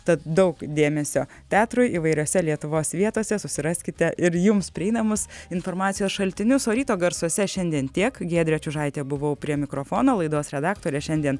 tad daug dėmesio teatrui įvairiose lietuvos vietose susiraskite ir jums prieinamus informacijos šaltinius o ryto garsuose šiandien tiek giedrė čiužaitė buvau prie mikrofono laidos redaktore šiandien